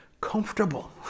comfortable